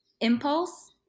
impulse